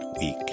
week